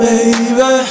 Baby